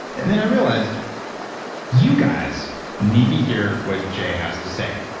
and then, i realized you guys need to hear what jay has to say,